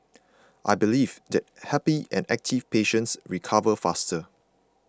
I believe that happy and active patients recover faster